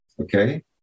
Okay